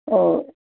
oh